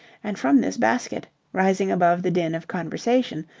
and from this basket, rising above the din of conversation,